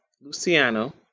Luciano